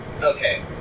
Okay